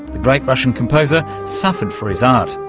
the great russian composer suffered for his art.